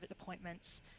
appointments